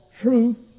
truth